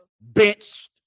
Bench